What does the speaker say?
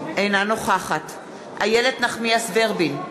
אינה נוכחת איילת נחמיאס ורבין,